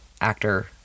actor